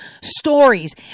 stories